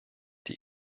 die